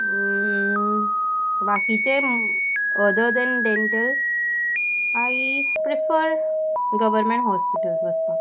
बाकीचे other than dental I prefer government hospitals वसपाक